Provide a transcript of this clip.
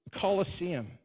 Colosseum